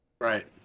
Right